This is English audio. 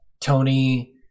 Tony